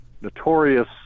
notorious